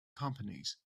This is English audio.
companies